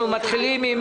אנחנו מתחילים.